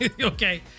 okay